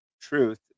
truth